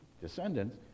descendants